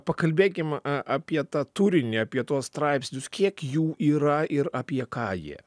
pakalbėkim apie tą turinį apie tuos straipsnius kiek jų yra ir apie ką jie